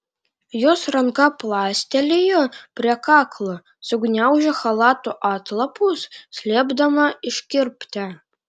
jos ranka plastelėjo prie kaklo sugniaužė chalato atlapus slėpdama iškirptę